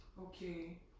Okay